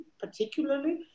particularly